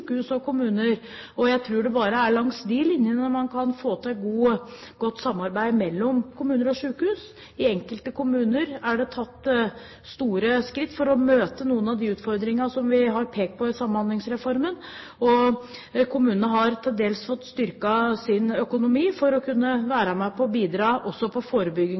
sykehus og kommuner, og jeg tror det bare er langs de linjene man kan få til godt samarbeid mellom kommuner og sykehus. I enkelte kommuner er det tatt store skritt for å møte noen av de utfordringene som vi har pekt på i Samhandlingsreformen, og kommunene har til dels fått styrket sin økonomi for å kunne være med på å bidra også på